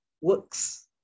works